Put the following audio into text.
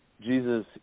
Jesus